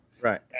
Right